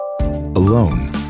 Alone